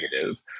negative